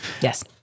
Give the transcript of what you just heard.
Yes